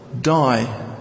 die